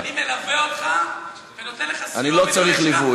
אני מלווה אותך ונותן לך סיוע,